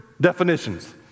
definitions